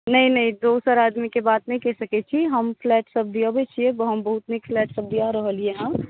नहि नहि दोसर आदमी के बात नहि कहि सकै छी हम फ्लैट सब दियाबै छियै हम बहुत नीक फ्लैट सब दिया रहलियै हैं